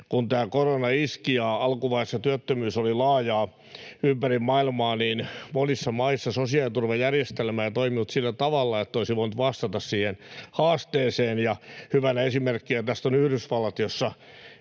kun korona iski ja alkuvaiheessa työttömyys oli laajaa ympäri maailman, niin monissa maissa sosiaaliturvajärjestelmä ei toiminut sillä tavalla, että se olisi voinut vastata siihen haasteeseen. Hyvänä esimerkkinä tästä on Yhdysvallat,